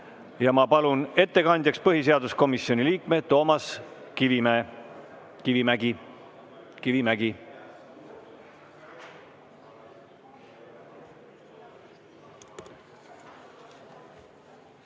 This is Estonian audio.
Ma palun ettekandjaks põhiseaduskomisjoni liikme Toomas Kivimägi.